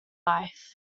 life